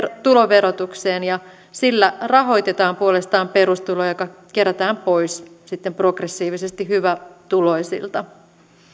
tuloverotukseen ja sillä rahoitetaan puolestaan perustulo joka kerätään pois progressiivisesti hyvätuloisilta